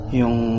yung